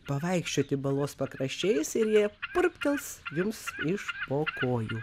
pavaikščioti balos pakraščiais ir jie purptels jums iš po kojų